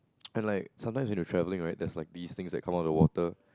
and like sometimes when you're travelling right there's like these things that come out of the water